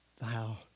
thou